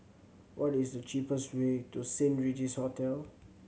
what is the cheapest way to Saint Regis Hotel